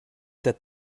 that